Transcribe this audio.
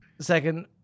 second